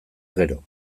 gero